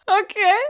Okay